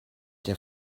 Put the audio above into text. der